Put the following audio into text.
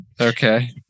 Okay